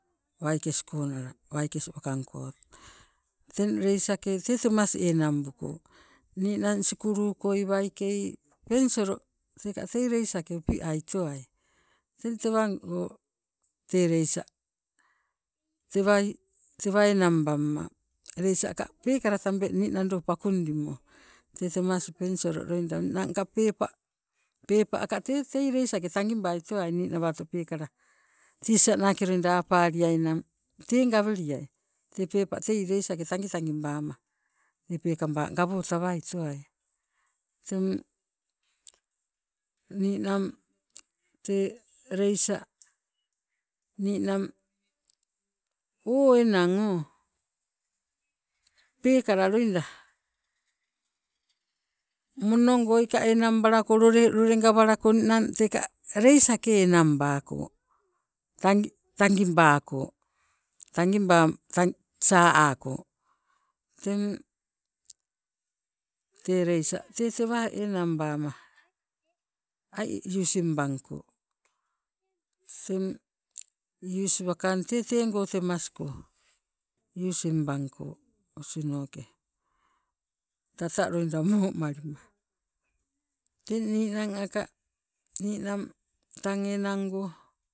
Waikes konala waikes wakang kot, teng leisake tee temas enangbuko ninang sukulukoi waikei pensolo teka tei leisake upiai towai teng tewango tee leisa tewa enang bamma leisa aka pekala tambeng nii nando pakundimo, tee temas pensolo loida ninang pepa, pepa ka tei leisake tangibaitowai ninawato peekala tisia nake loida apaliainang tee gaweliai teng tei leisake tangitangi bama tei peekaba gawotawai towai. Teng ninang tee leisa ninang o enang o peekala loida monogoi ka enang balako lole gawalako ninang teka leisa enangbako tangibako, saa ako. Teng tee leisa tewa enangbama ai using bangko, teng tee use wakang tee temasko using bangko osinoke, tata loida momali, teng ninang aka ninang tang enango